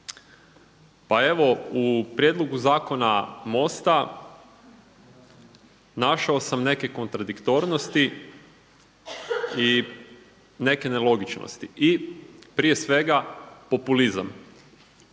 Pa evo u prijedlogu zakona MOST-a našao sam neke kontradiktornosti i nelogičnosti, i prije svega populizam.